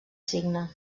signe